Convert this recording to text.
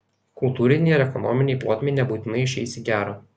kultūrinei ir ekonominei plotmei nebūtinai išeis į gerą